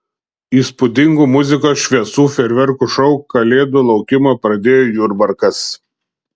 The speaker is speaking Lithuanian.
įspūdingu muzikos šviesų fejerverkų šou kalėdų laukimą pradėjo jurbarkas